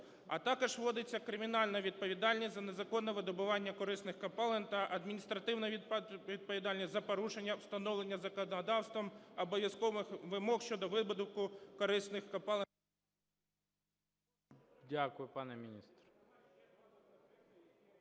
А також вводиться кримінальна відповідальність за незаконне видобування корисних копалин та адміністративна відповідальність за порушення, встановлені законодавством, обов'язкових вимог щодо видобутку корисних копалин.